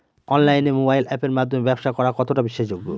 অনলাইনে মোবাইল আপের মাধ্যমে ব্যাবসা করা কতটা বিশ্বাসযোগ্য?